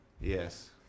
Yes